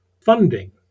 funding